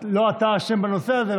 לא אתה אשם בנושא הזה,